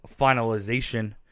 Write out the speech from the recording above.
finalization